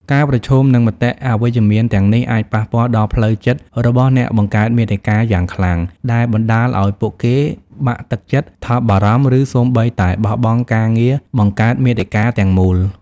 ការប្រឈមនឹងមតិអវិជ្ជមានទាំងនេះ អាចប៉ះពាល់ដល់ផ្លូវចិត្តរបស់អ្នកបង្កើតមាតិកាយ៉ាងខ្លាំង ដែលបណ្ដាលឲ្យពួកគេបាក់ទឹកចិត្ត ថប់បារម្ភ ឬសូម្បីតែបោះបង់ការងារបង្កើតមាតិកាទាំងមូល។